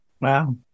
Wow